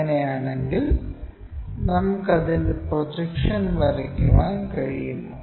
അങ്ങനെയാണെങ്കിൽ നമുക്ക് അതിൻറെ പ്രൊജക്ഷൻ വരയ്ക്കാൻ കഴിയുമോ